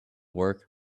work